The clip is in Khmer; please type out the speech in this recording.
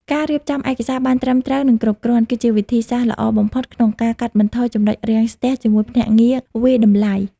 ការរៀបចំឯកសារបានត្រឹមត្រូវ និងគ្រប់គ្រាន់ គឺជាវិធីសាស្ត្រល្អបំផុតក្នុងការកាត់បន្ថយ ចំណុចរាំងស្ទះ ជាមួយភ្នាក់ងារវាយតម្លៃ។